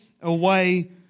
away